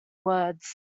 words